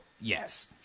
yes